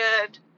good